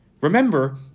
remember